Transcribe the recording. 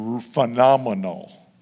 phenomenal